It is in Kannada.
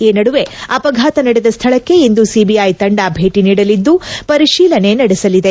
ಈ ನಡುವೆ ಅಪಘಾತ ನಡೆದ ಸ್ಥಳಕ್ಕೆ ಇಂದು ಸಿಬಿಐ ತಂಡ ಭೇಟಿ ನೀಡಲಿದ್ದು ಪರಿಶೀಲನೆ ನಡೆಸಲಿದೆ